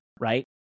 right